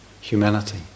humanity